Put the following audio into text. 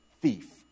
thief